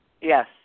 Yes